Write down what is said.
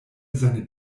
seine